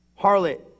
Harlot